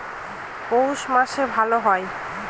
পৌষ মাসে ভালো হয়?